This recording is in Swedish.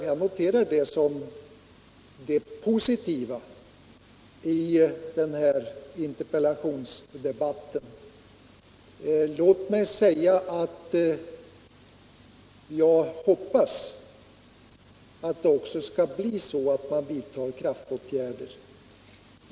Jag upplever detta som det positiva i den här interpellationsdebatten. Jag hoppas att det också skall bli så att man vidtar kraftåtgärder.